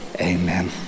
Amen